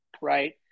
right